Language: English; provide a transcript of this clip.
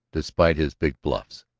despite his big bluffs.